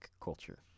culture